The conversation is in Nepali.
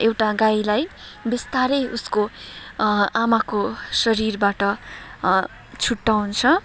एउटा गाईलाई बिस्तारै उसको आमाको शरीरबाट छुट्टाउँछ